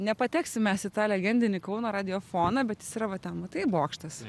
nepateksim mes į tą legendinį kauno radiofoną bet jis yra va ten matai bokštas